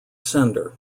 sender